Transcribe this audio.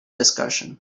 discussion